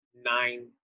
nine